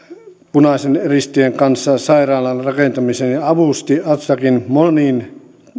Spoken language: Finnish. punaisten ristien kanssa sairaalan rakentamisen ja avusti azraqia monin